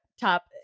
top